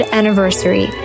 anniversary